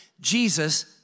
Jesus